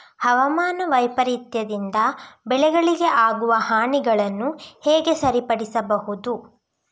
ಹವಾಮಾನ ವೈಪರೀತ್ಯದಿಂದ ಬೆಳೆಗಳಿಗೆ ಆಗುವ ಹಾನಿಗಳನ್ನು ಹೇಗೆ ಸರಿಪಡಿಸಬಹುದು?